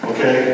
Okay